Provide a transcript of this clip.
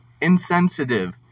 Insensitive